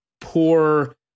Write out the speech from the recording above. poor